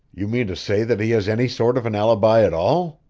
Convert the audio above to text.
you mean to say that he has any sort of an alibi at all?